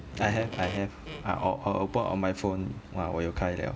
I have I have I I I opened on my phone ah 我有开 liao